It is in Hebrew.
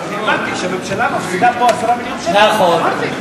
אני אמרתי שהממשלה מפסידה פה 10 מיליון שקל, נכון.